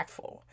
impactful